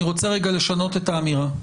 אני רוצה לשנות את האמירה.